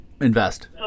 Invest